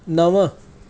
नव